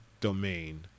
domain